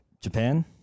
Japan